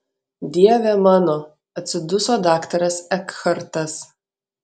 dieve mano atsiduso daktaras ekhartas